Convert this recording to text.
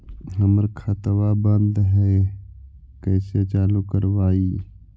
हमर खतवा बंद है कैसे चालु करवाई?